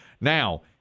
Now